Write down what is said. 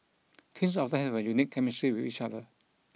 twins often have a unique chemistry with each other